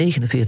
49